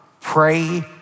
pray